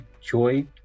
joy